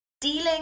dealing